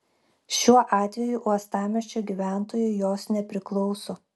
šiuo atveju uostamiesčio gyventojui jos nepriklauso